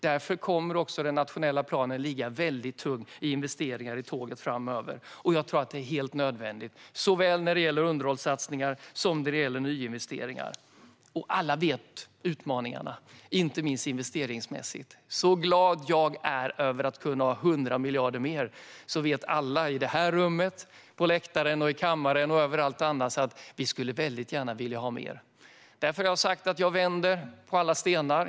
Därför kommer den nationella planen också att vara väldigt tung vad gäller investeringar i tåg framöver. Jag tror att det är helt nödvändigt när det gäller såväl underhållssatsningar som nyinvesteringar. Alla känner till utmaningarna, inte minst investeringsmässigt. Så glad jag är över att kunna ha 100 miljarder mer! Men alla i detta rum - på läktaren och här nere i kammaren - och på andra håll vet att vi gärna skulle vilja ha mer. Jag har därför sagt att jag vänder på alla stenar.